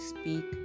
speak